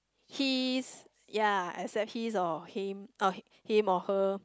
his ya I said his or him uh him or her